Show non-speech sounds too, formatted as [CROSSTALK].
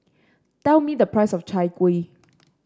tell me the price of Chai Kuih [NOISE]